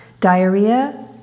Diarrhea